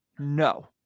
No